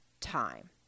time